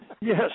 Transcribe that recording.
Yes